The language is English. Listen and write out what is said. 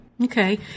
Okay